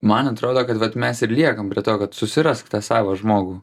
man atrodo kad vat mes ir liekam prie to kad susirask tą savą žmogų